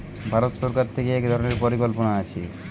ভারত সরকার থিকে এক ধরণের পরিকল্পনা আছে